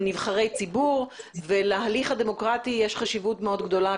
נבחרי ציבור ולהליך הדמוקרטי יש חשיבות מאוד גדולה,